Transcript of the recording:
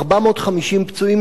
450 פצועים,